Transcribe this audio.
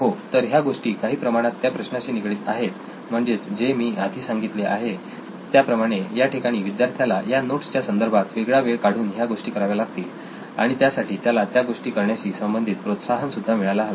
हो तर ह्या गोष्टी काही प्रमाणात त्या प्रश्नाशी निगडीत आहेत म्हणजेच जे मी आधी सांगितले त्याप्रमाणे याठिकाणी विद्यार्थ्याला या नोट्सच्या संदर्भात वेगळा वेळ काढून ह्या गोष्टी कराव्या लागतील आणि त्यासाठी त्याला त्या गोष्टी करण्याशी संबंधित असलेले प्रोत्साहन सुद्धा मिळायला हवे